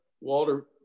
Walter